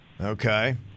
Okay